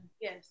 Yes